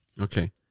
Okay